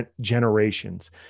generations